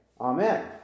Amen